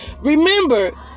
Remember